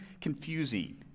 confusing